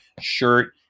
shirt